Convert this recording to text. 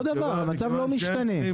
אותו דבר, המצב לא משתנה.